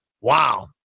Wow